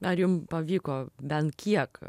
ar jum pavyko bent kiek